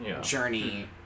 journey